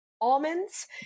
almonds